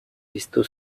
piztu